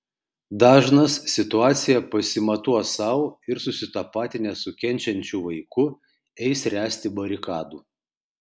dažnas situaciją pasimatuos sau ir susitapatinęs su kenčiančiu vaiku eis ręsti barikadų